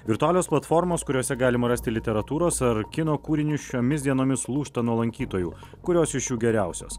virtualios platformos kuriose galima rasti literatūros ar kino kūrinius šiomis dienomis lūžta nuo lankytojų kurios iš geriausios